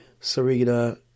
Serena